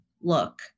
look